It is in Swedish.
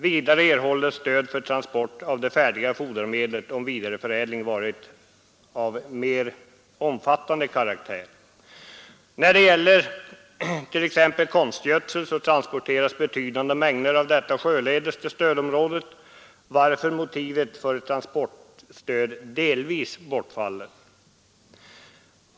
Vidare erhålls stöd för transport av de färdiga fodermedlen, om vidareförädlingen varit av mer omfattande karaktär. Av exempelvis konstgödsel transporteras betydande mängder till stödområdet, varför motivet för transportstöd delvis bortfaller.